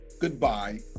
goodbye